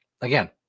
Again